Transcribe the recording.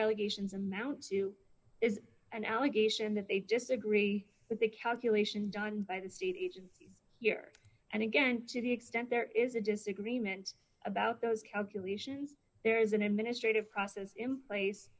allegations amount to is an allegation that they disagree with the calculation done by the state agency here and again to the extent there is a disagreement about those calculations there is an administrative process in place